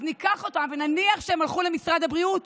אז ניקח אותם, ונניח שהם הלכו למשרד הבריאות.